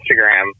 Instagram